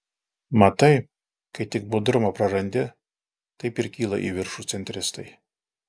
matai kai tik budrumą prarandi taip ir kyla į viršų centristai